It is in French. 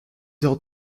heures